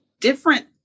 different